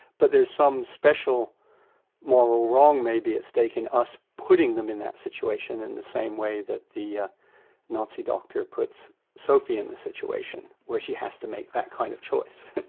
but there is some special moral wrong maybe at stake in us putting them in that situation in the same way that the ah nazi doctor puts sophie in the situation where she has to make that kind of choice.